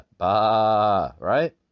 right